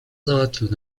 załatwił